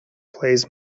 plays